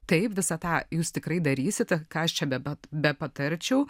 taip visą tą jūs tikrai darysit kas čia bet be patarčiau